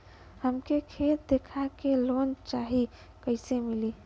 हमके खेत देखा के लोन चाहीत कईसे मिली?